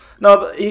No